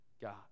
God